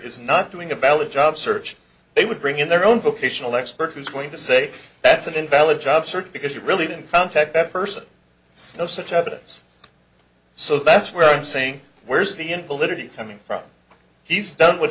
is not doing a valid job search they would bring in their own vocational expert who's going to say that's an invalid job search because you really didn't contact that person no such evidence so that's where i'm saying where's the invalidity coming from he's done wh